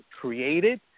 created